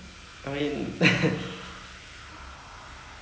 I think only nayanthara and like who's that